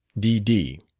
d d.